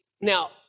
Now